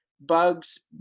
bugs